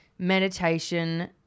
Meditation